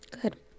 good